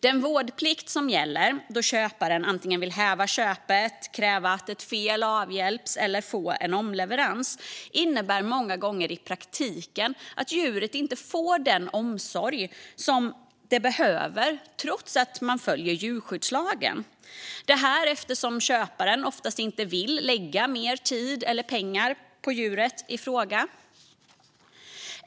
Den vårdplikt som gäller då köparen antingen vill häva köpet, kräva att ett fel avhjälps eller få en omleverans innebär många gånger i praktiken att djuret inte får den omsorg det behöver, trots att djurskyddslagen följs, detta eftersom köparen oftast inte vill lägga mer tid eller pengar på djuret i fråga.